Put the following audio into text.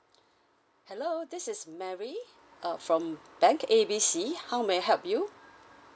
hello this is mary err from bank A B C how may I help you